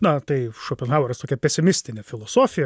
na tai šopenhaueris tokia pesimistinė filosofija